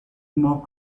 more